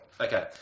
Okay